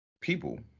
people